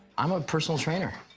i'm a personal trainer.